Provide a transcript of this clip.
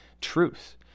truth—